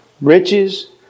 Riches